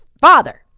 father